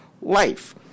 life